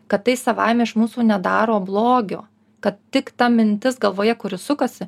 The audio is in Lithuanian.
kad tai savaime iš mūsų nedaro blogio kad tik ta mintis galvoje kuri sukasi